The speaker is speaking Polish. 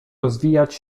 rozwijać